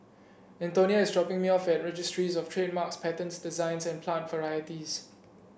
Antonia is dropping me off at Registries Of Trademarks Patents Designs and Plant Varieties